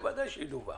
זה ודאי שדווח.